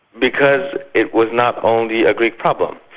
because it was not only a greek problem.